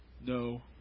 no